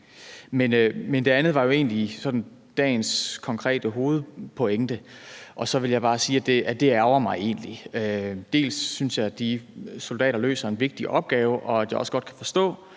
Men det andet var jo dagens sådan konkrete hovedpointe, og jeg vil bare sige, at det så egentlig ærgrer mig. Jeg synes, de soldater løser en vigtig opgave, og jeg kan også godt forstå,